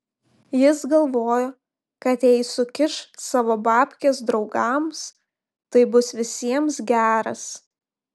jis galvojo kad jei sukiš savo babkes draugams tai bus visiems geras